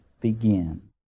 begin